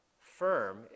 firm